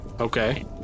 Okay